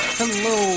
Hello